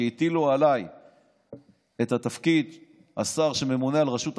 כשהטילו עליי את תפקיד השר שממונה על רשות החברות.